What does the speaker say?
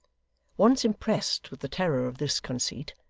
once impressed with the terror of this conceit,